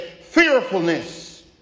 Fearfulness